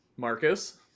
Marcus